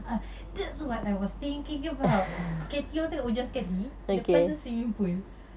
ah that's what I was thinking about catio tu dekat hujung sekali depan tu swimming pool